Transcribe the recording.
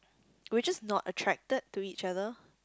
we're just not attracted to each other